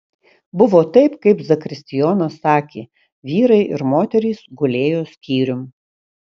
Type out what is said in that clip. buvo taip kaip zakristijonas sakė vyrai ir moterys gulėjo skyrium